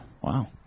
Wow